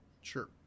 Sure